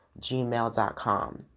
gmail.com